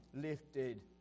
lifted